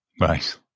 Right